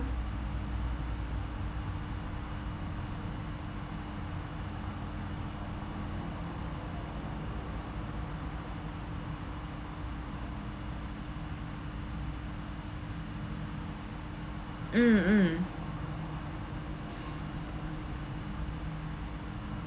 mm mm